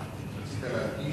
רצית להדגיש